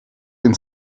den